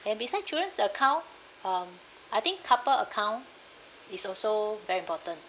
and beside children's account um I think couple account is also very important